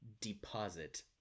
Deposit